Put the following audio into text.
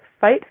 fight